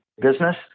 business